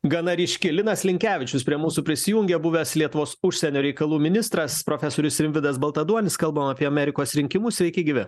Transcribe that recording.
gana ryški linas linkevičius prie mūsų prisijungia buvęs lietuvos užsienio reikalų ministras profesorius rimvydas baltaduonis kalbam apie amerikos rinkimus sveiki gyvi